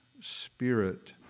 spirit